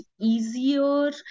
easier